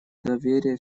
доверие